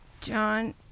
John